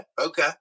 okay